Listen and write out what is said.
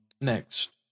next